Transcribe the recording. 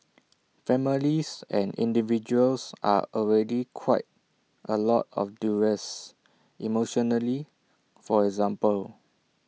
families and individuals are already quite A lot of duress emotionally for example